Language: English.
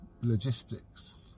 logistics